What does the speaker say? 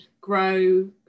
grow